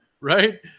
Right